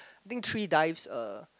think three dives uh